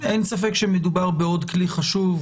אין ספק שמדובר בעוד כלי חשוב,